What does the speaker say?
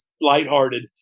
lighthearted